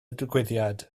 digwyddiad